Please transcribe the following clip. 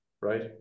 right